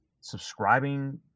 subscribing